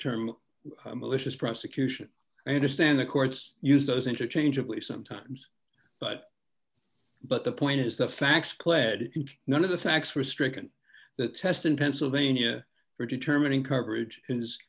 term malicious prosecution i understand the courts use those interchangeably sometimes but but the point is the facts pled it and none of the facts were stricken that test in pennsylvania for determining coverage is